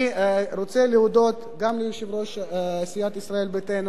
אני רוצה להודות גם ליושב-ראש סיעת ישראל ביתנו,